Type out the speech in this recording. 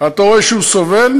ואתה רואה שהוא סובל,